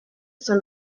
some